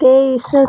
ਤੇ ਇਸ